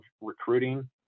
recruiting